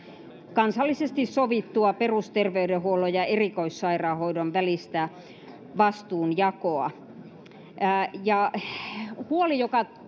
kansallisesti sovittua perusterveydenhuollon ja erikoissairaanhoidon välistä vastuunjakoa se huoli joka